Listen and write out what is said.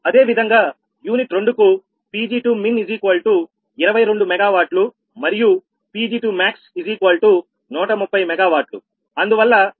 అదేవిధంగా గా యూనిట్ 2 కు 𝑃𝑔2𝑚in22 MW మరియు 𝑃𝑔2max130 𝑀W అందువల్ల 𝜆2 dc2dpg20